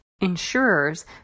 Insurers